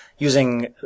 using